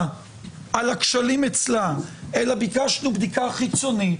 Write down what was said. על הכשלים אצלה אלא ביקשנו בדיקה חיצונית,